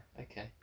okay